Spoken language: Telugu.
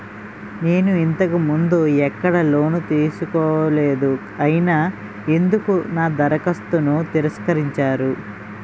నేను ఇంతకు ముందు ఎక్కడ లోన్ తీసుకోలేదు అయినా ఎందుకు నా దరఖాస్తును తిరస్కరించారు?